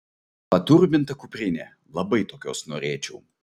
paturbinta kuprinė labai tokios norėčiau